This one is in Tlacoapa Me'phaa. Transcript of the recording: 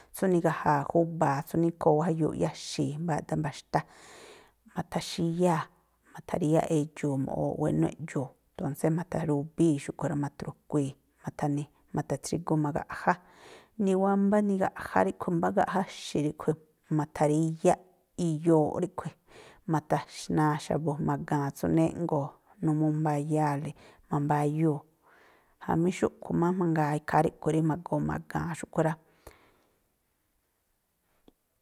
Tsú nigaja̱a̱ júba̱a, tsú níkhoo wáa̱ jayuuꞌ iyáxi̱i̱, mbáá aꞌdá mba̱xtá, ma̱tha̱xíyáa̱, ma̱tha̱ríyáꞌ edxu̱u̱ mu̱ꞌwooꞌ wénú eꞌdxuu̱. Tónsé ma̱tha̱rubíi̱ xúꞌkhui̱ rá, ma̱thru̱kuii̱, ma̱tha̱ni̱, ma̱tha̱tsrigu ma̱gaꞌjá. Niwámbá nigaꞌjá ríꞌkhui̱, mbá gaꞌjáxi̱ ríꞌkhui̱ ma̱tha̱ríyáꞌ iyooꞌ ríꞌkhui̱ ma̱tha̱xna̱a xa̱bu̱ ma̱ga̱a̱n tsú jnéꞌngo̱o̱, numuu mbayáa̱le, mambáyúu̱. Jamí xúꞌkhui̱ má mangaa ikhaa ríꞌkhui̱ rí ma̱goo ma̱ga̱a̱n xúꞌkhui̱ rá.